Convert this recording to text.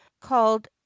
called